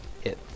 hit